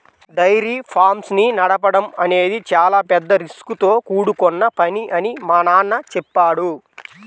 dairy farms ని నడపడం అనేది చాలా పెద్ద రిస్కుతో కూడుకొన్న పని అని మా నాన్న చెప్పాడు